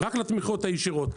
רק לתמיכות הישירות.